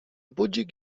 budzik